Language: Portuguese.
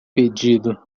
pedido